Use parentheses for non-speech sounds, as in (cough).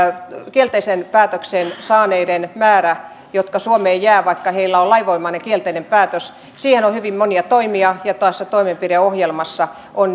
kielteisen päätöksen saaneiden määrä jotka suomeen jäävät vaikka heillä on lainvoimainen kielteinen päätös kasva siihen on hyvin monia toimia ja tässä toimenpideohjelmassa on (unintelligible)